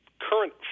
current